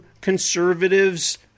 conservatives